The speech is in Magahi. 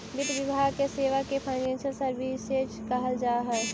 वित्त विभाग के सेवा के फाइनेंशियल सर्विसेज कहल जा हई